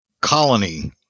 colony